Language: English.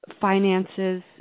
Finances